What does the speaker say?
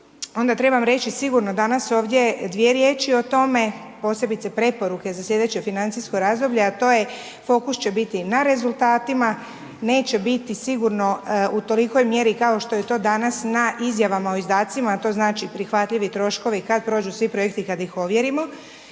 onda trebam reći sigurno danas ovdje 2 riječi o tome, posebice preporuke za sljedeće financijsko razdoblje, a to je fokus će biti na rezultatima, neće biti sigurno u tolikoj mjeri, kao što je to danas, na izjavama o izdacima, a to znači prihvatljivi troškovi, kada prođu svi projekti, kada ih ovjerimo.